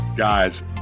Guys